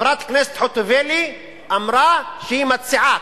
חברת הכנסת חוטובלי אמרה שהיא מציעה,